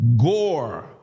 gore